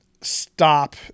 stop